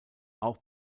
auch